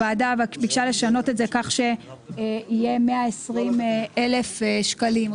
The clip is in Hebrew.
הוועדה ביקשה לשנות את זה כך שיהיה 120 אלף שקלים.